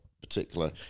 particular